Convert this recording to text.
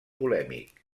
polèmic